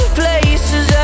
places